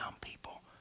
people